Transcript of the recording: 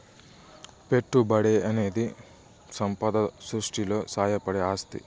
పెట్టుబడనేది సంపద సృష్టిలో సాయపడే ఆస్తి